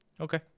Okay